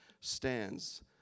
stands